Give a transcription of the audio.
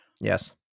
Yes